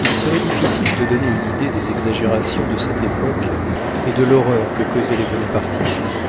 il serait difficile de donner une idée des exagérations de cette époque et de l'horreur que causaient les bonapartistes